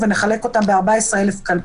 לא ניתן לחלק ל-14,000 קלפיות,